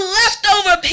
leftover